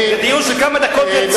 דיון של כמה דקות זה רציני?